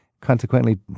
Consequently